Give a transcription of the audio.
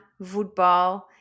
voetbal